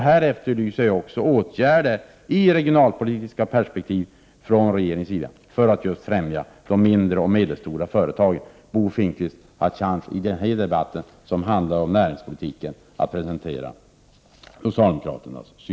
Här efterlyser jag åtgärder i regionalpolitiska perspektiv från regeringens sida. Bo Finnkvist har chansen att i denna debatt, som handlar om näringspolitiken, presentera något sådant förslag.